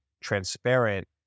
transparent